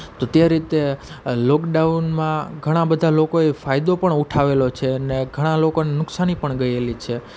તો તે રીતે લોકડાઉનમાં ઘણા બધા લોકોએ ફાયદો પણ ઉઠાવેલો છે અને ઘણા લોકોને નુકસાની પણ ગયેલી છે